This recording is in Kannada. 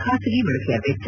ಖಾಸಗಿ ಬಳಕೆಯ ವೆಚ್ಚ